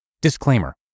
Disclaimer